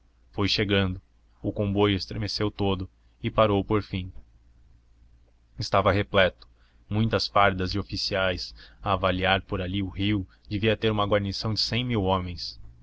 foi chegando o comboio estremeceu todo e parou por fim estava repleto muitas fardas de oficiais a avaliar por ali o rio devia ter uma guarnição de cem mil homens